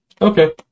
Okay